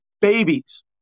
babies